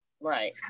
Right